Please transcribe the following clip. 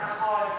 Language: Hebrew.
כן, נכון.